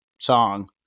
song